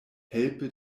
helpe